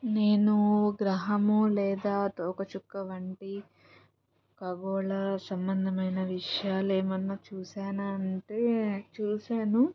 నేను గ్రహము లేదా తోకచుక్క వంటి ఖగోళ సంబంధమయిన విషయాలు ఏమన్నాచూశానా అంటే చూశాను